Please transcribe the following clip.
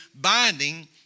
binding